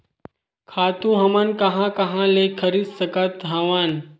खातु हमन कहां कहा ले खरीद सकत हवन?